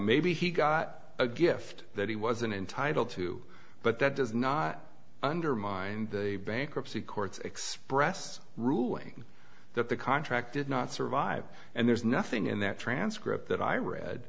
maybe he got a gift that he wasn't entitled to but that does not undermine the bankruptcy courts express ruling that the contract did not survive and there's nothing in that transcript that i read